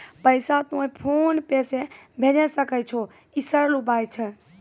पैसा तोय फोन पे से भैजै सकै छौ? ई सरल उपाय छै?